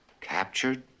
Captured